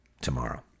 tomorrow